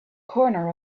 corner